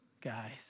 guys